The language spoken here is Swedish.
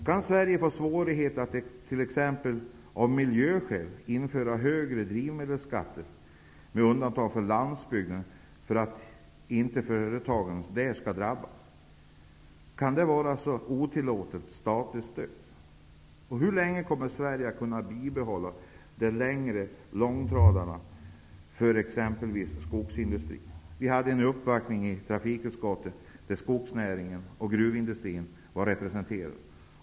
Kan Sverige få svårigheter att t.ex. av miljöskäl införa högre drivmedelsskatter, med undantag för landsbygden för att inte företagen där skall drabbas? Kan det vara otillåtet statligt stöd? Hur längre kommer Sverige att kunna behålla de längre långtradarna för exempelvis skogsindustrin? Vi hade en uppvaktning i trafikutskottet där skogsnäringen och gruvindustrin var representerade.